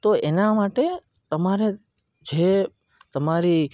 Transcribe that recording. તો એના માટે તમારે જે તમારી